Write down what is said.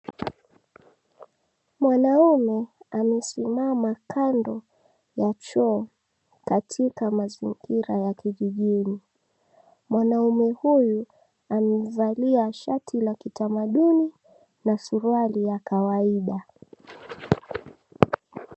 Mwanaume amesimama kando ya choo. Katika mazingira ya Kijijini. Mwanaume huyu amevalia shati la kitamaduni na suruali ya kawaida.